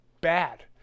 bad